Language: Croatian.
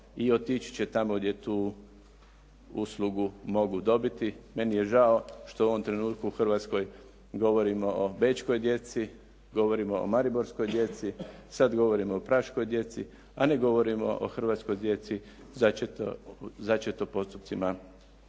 i otići će tamo gdje tu uslugu mogu dobiti. Meni je žao što u ovom trenutku u Hrvatskoj govorimo o bečkoj djeci, govorimo o mariborskoj djeci, sad govorimo o praškoj djeci, a ne govorimo o hrvatskoj djeci začetoj postupcima